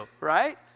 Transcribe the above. right